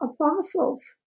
apostles